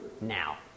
now